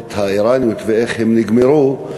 הבחירות האיראניות ואיך הן נגמרו,